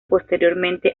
posteriormente